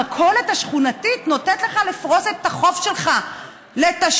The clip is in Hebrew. המכולת השכונתית נותנת לך לפרוס את החוב שלך לתשלומים,